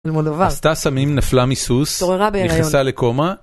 עשתה סמים נפלה מסוס, נכנסה לקומה.